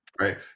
Right